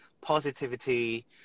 positivity